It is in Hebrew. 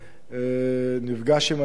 הוא נפגש עם הנאמן.